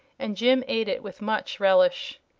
and jim ate it with much relish.